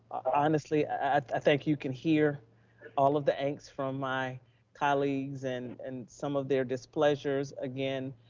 honestly, i think you can hear all of the angst from my colleagues and and some of their displeasure. again,